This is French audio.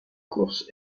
course